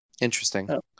Interesting